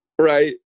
Right